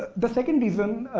the second reason,